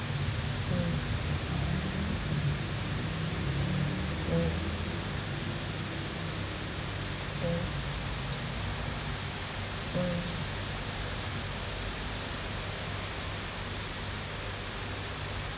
mm mm mm mm